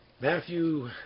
Matthew